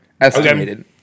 estimated